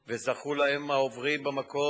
לעוברים במקום,